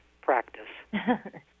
practice